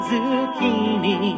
Zucchini